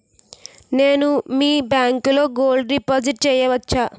నేను మీ బ్యాంకులో గోల్డ్ డిపాజిట్ చేయవచ్చా?